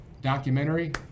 documentary